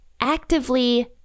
actively